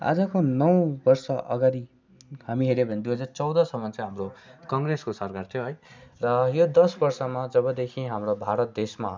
आजको नौ वर्ष अगाडि हामी हेऱ्यौँ भनी दुई हजार चौधसम्म चाहिँ हाम्रो कङ्ग्रेसको सरकार थियो है र यो दस वर्षमा जबदेखि हाम्रो भारत देशमा